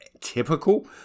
typical